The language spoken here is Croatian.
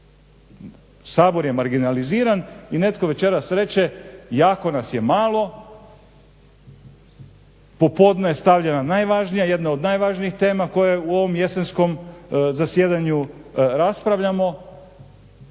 Sabor je marginaliziran i netko večeras reče jako nas je malo, popodne stavljena najvažnija, jedna od najvažnijih tema koja je u ovom jesenskom zasjedanju raspravljamo